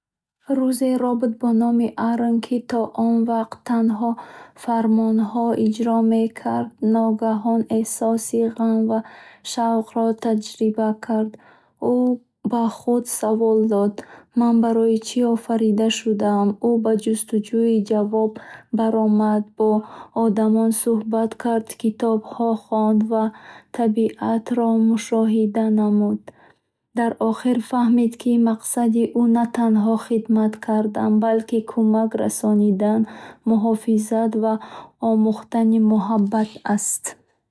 Рӯзе робот бо номи Арон, ки то он вақт танҳо фармонҳо иҷро мекард, ногаҳон эҳсоси ғам ва шавқро таҷриба кард. Ӯ ба худ савол дод: Ман барои чӣ офарида шудаам? Ӯ ба ҷустуҷӯи ҷавоб баромад бо одамон суҳбат кард, китобҳо хонд ва табиатро мушоҳида намуд. Дар охир фаҳмид, ки мақсади ӯ на танҳо хидмат кардан, балки кӯмак расондан, муҳофизат ва омӯхтани муҳаббат аст.